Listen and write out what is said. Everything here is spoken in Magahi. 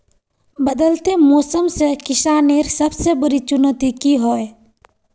बदलते मौसम से किसानेर सबसे बड़ी चुनौती की होय?